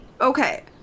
Okay